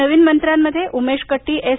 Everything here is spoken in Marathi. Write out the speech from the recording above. नवीन मंत्र्यांमध्ये उमेश कट्टी एस